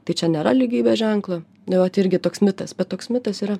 tai čia nėra lygybės ženklo nu vat irgi toks mitas bet toks mitas yra